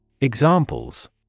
Examples